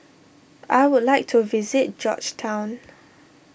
I would like to visit Georgetown